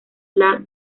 las